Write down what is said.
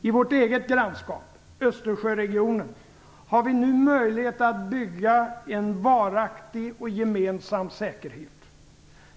I vårt eget grannskap - Östersjöregionen - har vi nu möjlighet att bygga en varaktig och gemensam säkerhet.